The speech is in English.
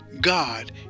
God